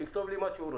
שיכתוב לי מה שהוא רוצה.